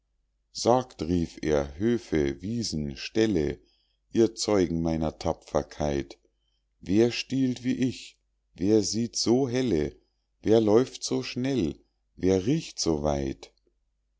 sagt rief er höfe wiesen ställe ihr zeugen meiner tapferkeit wer stiehlt wie ich wer sieht so helle wer läuft so schnell wer riecht so weit